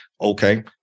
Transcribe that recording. Okay